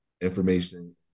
information